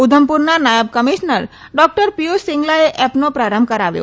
ઉધમપુરના નાયબ commissioner doctor Piyush સિંગલાએ એપનો પ્રારંભ કરાવ્યો